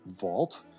vault